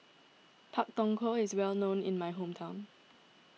Pak Thong Ko is well known in my hometown